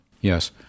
Yes